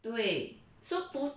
对 so po~